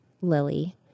Lily